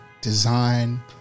design